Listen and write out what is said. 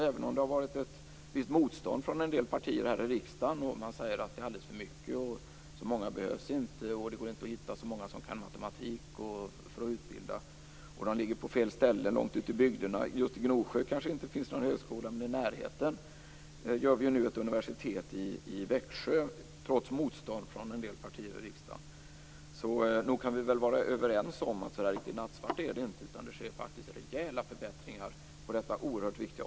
Även om det har varit ett visst motstånd från en del partier här i riksdagen och man säger att det är alldeles för mycket, att så många inte behövs, att det inte går att hitta så många kan matematik för att utbilda, att skolorna ligger på fel ställen, långt ut i bygderna. Just i Gnosjö kanske det inte finns någon högskola men i närheten grundas nu ett universitet i Växjö, trots motstånd från en del partier i riksdagen. Nog kan vi vara överens om att det inte är nattsvart, utan det sker faktiskt rejäla förbättringar på detta oerhört viktiga område.